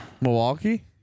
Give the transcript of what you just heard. Milwaukee